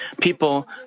people